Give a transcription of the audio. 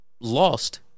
lost